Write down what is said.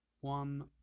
one